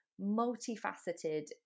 multifaceted